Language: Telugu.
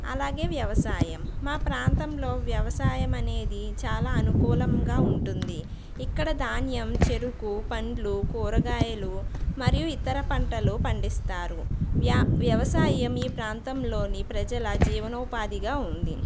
అలాగే వ్యవసాయం మా ప్రాంతంలో వ్యవసాయం అనేది చాలా అనుకూలంగా ఉంటుంది ఇక్కడ ధాన్యం చెరుకు పండ్లు కూరగాయలు మరియు ఇతర పంటలు పండిస్తారు వ్య వ్యవసాయం ఈ ప్రాంతంలోని ప్రజల జీవనోపాధిగా ఉంది